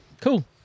cool